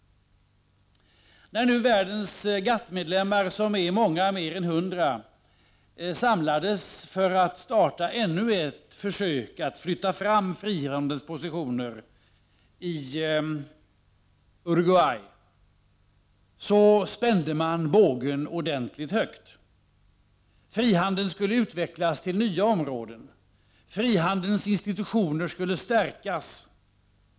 När nu världens GATT-medlemmar, som är många mer än 100, samlades för att starta ännu ett försök att flytta fram frihandelns positioner i Uruguay spändes bågen ordentligt högt. Frihandeln skulle utvecklas till nya områden. Frihandelns institutioner skulle stärkas.